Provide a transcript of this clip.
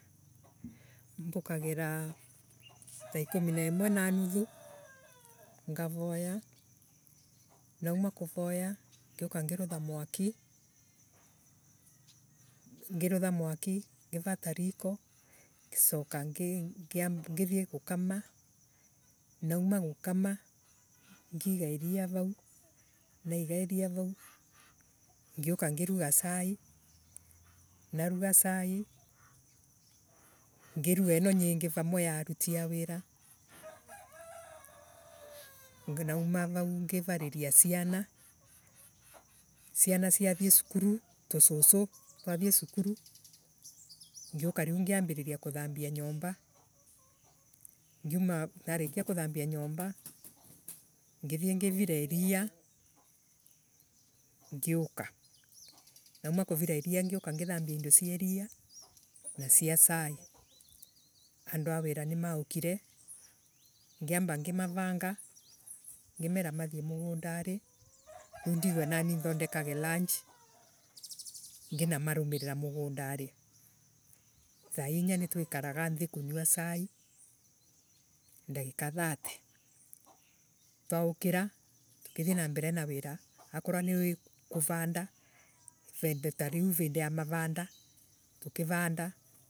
Thaa ikumi na imwe na nuthu. ngavoya nauma kuvoya ngiuka ngirutha mwathi. Ngirutha mwaki ngivata riko. Ngicoka ngithie gukama nauma gukana ngiiiga. Iria vau naiga iria vau ngiuka ngiruga cai naruga cai. ngiruga ino nyingi vamwe ya aruti a wira. Nauma vau ngivariria ciana. ciana ciathie cukuru tucucu twathie cukuru ngiuka nu ngiambia kuthambia nyomba. Ngiuma Narikia kuthambia nyomba ngithie ngivira iria. Ngiuka nauma kuvira iria ngiuka ngithambia indo cia iria iria na cia cai. Andua wira ni maukire. ngiamba ngimavanga ngimera mathie mugundani. Ndigwe nanie nthondekaraga nthi kunywa cai ndagika thate. Twaukira tukithie na mbere na wira akonwo ni kuvanda vindi ta riu vindugwa mavanda tukivanda